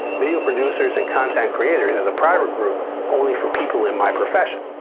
video producers and content creators is a private group only for people in my profession.